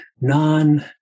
non